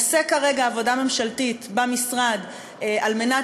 עושה כרגע עבודה ממשלתית במשרד על מנת